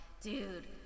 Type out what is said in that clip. dude